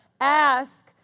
Ask